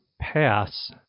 pass